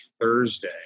Thursday